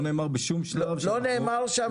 לא נאמר בשום שלב שמטילים חובה --- לא נאמר שם